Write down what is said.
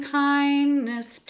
kindness